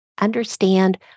understand